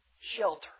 shelter